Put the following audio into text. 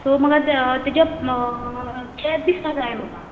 so म्हाका ते तेज्या तेत दिसता जाय म्हाका